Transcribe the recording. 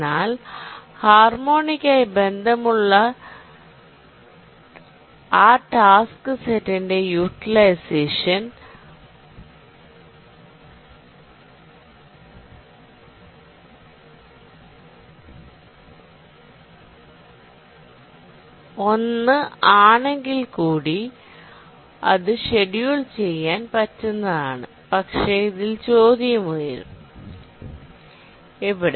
എന്നാൽ ഹാർമോണിക് ആയി ബന്ധമുള്ള ഉള്ള ചാക്ക് അ ടാസ്ക് സെറ്റിൻറെ യൂട്ടിലൈസേഷൻ 1 ആണ് എങ്കിൽ കൂടി അത്ഷെഡ്യൂൾ ചെയ്യാൻ പറ്റുന്നതാണ് പക്ഷേ ഇതിൽ ചോദ്യം ഉയരും ഇവിടെ